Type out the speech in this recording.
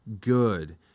good